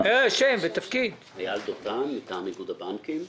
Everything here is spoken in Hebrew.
עו"ד אייל דותן, איגוד הבנקים.